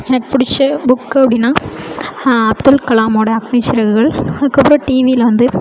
எனக்கு பிடிச்ச புக்கு அப்படின்னா அப்துல்கலாமோட அக்னி சிறகுகள் அதுக்கப்புறம் டிவியில் வந்து